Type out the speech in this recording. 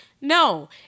No